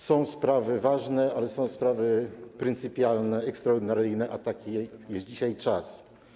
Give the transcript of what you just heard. Są sprawy ważne, ale są sprawy pryncypialne, ekstraordynaryjne, a taki jest dzisiaj czas.